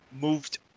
moved